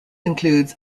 includes